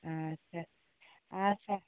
अच्छा अच्छा